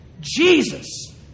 Jesus